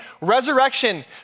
resurrection